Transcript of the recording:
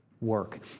work